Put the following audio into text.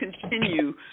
continue